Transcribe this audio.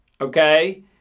okay